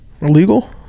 Illegal